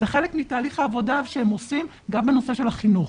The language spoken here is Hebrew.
זה חלק מתהליך העבודה שהם עושים גם בנושא החינוך.